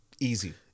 Easy